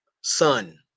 son